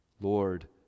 Lord